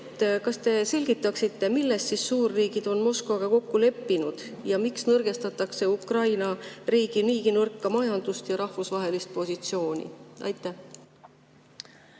Kas te selgitaksite, milles suurriigid on Moskvaga kokku leppinud? Ja miks nõrgestatakse Ukraina riigi niigi nõrka majandust ja rahvusvahelist positsiooni? Aitäh,